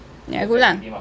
ya good lah